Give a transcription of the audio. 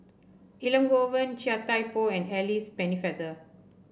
Elangovan Chia Thye Poh and Alice Pennefather